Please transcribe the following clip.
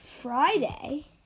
Friday